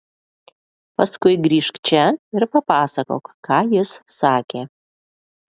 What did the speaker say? paskui grįžk čia ir papasakok ką jis sakė